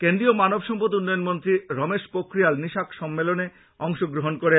কেন্দ্রীয় মানব সম্পদ উন্নয়ন মন্ত্রী রমেশ পোখরিয়াল নিশাষ্ক সম্মেলনে অংশগ্রহন করেন